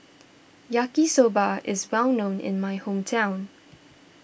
Yaki Soba is well known in my hometown